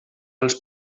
als